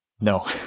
No